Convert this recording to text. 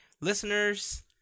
listeners